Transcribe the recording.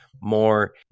more